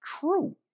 true